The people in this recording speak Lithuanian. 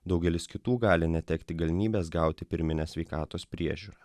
daugelis kitų gali netekti galimybės gauti pirminę sveikatos priežiūrą